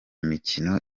mikino